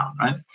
right